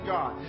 God